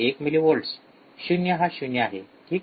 १ millivolts व्होल्टस ० हा ० आहे ठीक